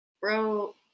bro